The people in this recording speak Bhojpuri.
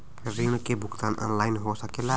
ऋण के भुगतान ऑनलाइन हो सकेला?